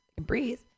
Breathe